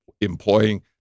employing